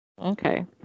Okay